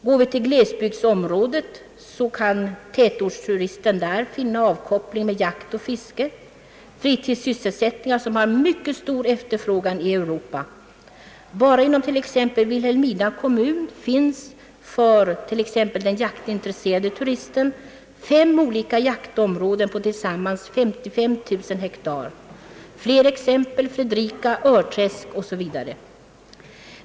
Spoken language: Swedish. Går vi till glesbygdsområdet finner vi att tätortsturisterna där kan finna avkoppling med jakt och fiske — fritidssysselsättningar som har mycket stor efterfrågan i Europa. Bara inom t.ex. Vilhelmina kommun finns för den jaktintresserade turisten fem olika jaktområden på tillsammans 55000 ha. Fler exempel är Fredrika och Örträsk.